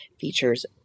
features